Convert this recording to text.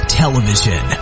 television